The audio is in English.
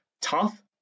Tough